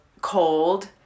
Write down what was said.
cold